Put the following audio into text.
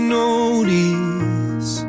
notice